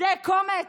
זה קומץ?